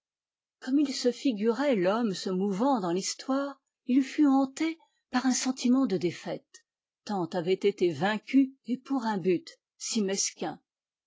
comme il se figurait l'homme se mouvant dans l'histoire il fut hanté par un sentiment de défaite tant avaient été vaincus et pour un but si mesquin